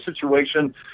situation